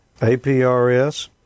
APRS